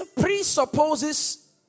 presupposes